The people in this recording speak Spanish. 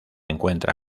encuentra